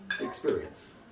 experience